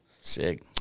Sick